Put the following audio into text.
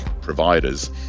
providers